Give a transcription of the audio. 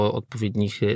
odpowiednich